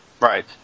Right